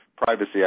Privacy